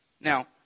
Now